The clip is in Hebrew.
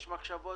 אני מעריך אותך,